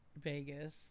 Vegas